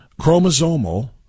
chromosomal